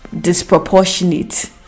disproportionate